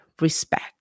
respect